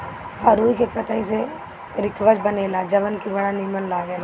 अरुई के पतई से रिकवच बनेला जवन की बड़ा निमन लागेला